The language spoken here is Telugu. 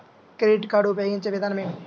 క్రెడిట్ కార్డు ఉపయోగించే విధానం ఏమి?